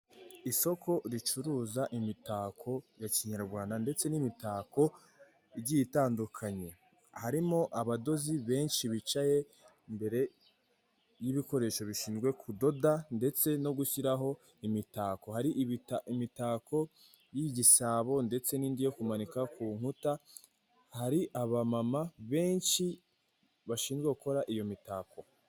Isoko ricuruza imitako ya Kinyarwanda ndetse n'imitako igiye itandukanye harimo abadozi benshi bicaye imbere y'ibikoresho bishinzwe kudoda ndetse no gushyiraho imitako, hari imitako y'igisabo ndetse n'indi yo kumanika ku nkuta hari abamama benshi bashinzwe gukora iyo mitako.